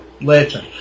later